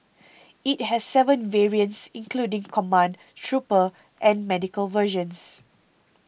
it has seven variants including command trooper and medical versions